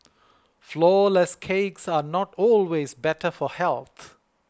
Flourless Cakes are not always better for health